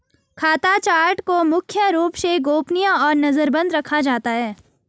खाता चार्ट को मुख्य रूप से गोपनीय और नजरबन्द रखा जाता है